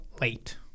late